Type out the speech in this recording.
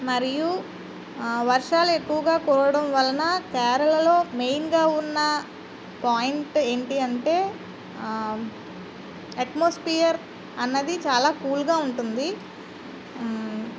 మరియు వర్షాలు ఎక్కువుగా కురవడం వలన కేరళలో మెయిన్గా ఉన్న పాయింట్ ఏంటి అంటే ఎట్మాస్ఫియర్ అన్నది చాలా కూల్గా ఉంటుంది